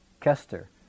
Kester